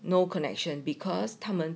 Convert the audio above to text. no connection because 他们